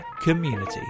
community